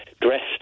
dressed